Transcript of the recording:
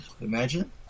imagine